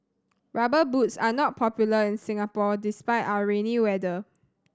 Rubber Boots are not popular in Singapore despite our rainy weather